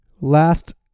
Last